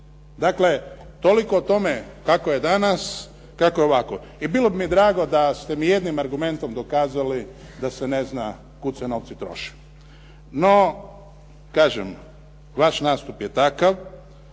Dakle, toliko o tome kako je danas, kako je ovako. I bilo bi mi drago da ste mi jednim argumentom dokazali da se ne zna kuda se novci troše. No kažem, vaš nastup je takav,